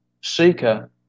seeker